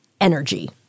energy